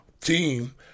team